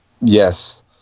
Yes